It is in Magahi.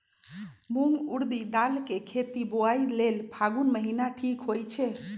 मूंग ऊरडी दाल कें खेती बोआई लेल फागुन महीना ठीक होई छै